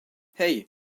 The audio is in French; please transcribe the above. hey